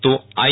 તો આઈ